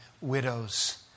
widows